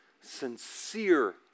sincere